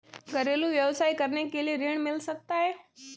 घरेलू व्यवसाय करने के लिए ऋण मिल सकता है?